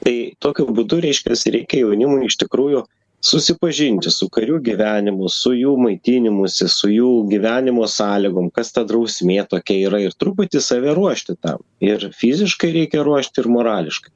tai tokiu būdu reiškias reikia jaunimui iš tikrųjų susipažinti su karių gyvenimu su jų maitinimusi su jų gyvenimo sąlygom kas ta drausmė tokia yra ir truputį save ruošti tam ir fiziškai reikia ruošt ir morališkai